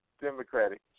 Democratic